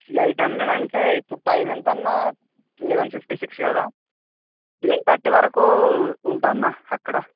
eight hundred ఇప్పుడు time ఎంత అన్న లెవెన్ ఫిఫ్టీ సిక్స్ కదా ట్వల్వ్ థర్టీ వరకు ఉంటాను అన్నా అక్కడ